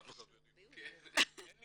אין לי